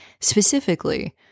Specifically